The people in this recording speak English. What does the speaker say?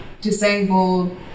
disabled